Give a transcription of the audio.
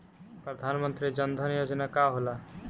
प्रधानमंत्री जन धन योजना का होला?